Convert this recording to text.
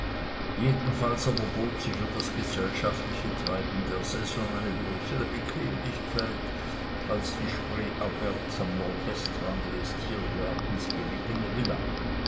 jedenfalls aber bot sie für das gesellschaftliche treiben der saison eine größere bequemlichkeit als die spreeabwärts am nordwestrande des tiergartens gelegene villa